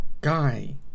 guy